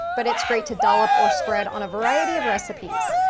but it's great to dollop or spread on a variety of recipes.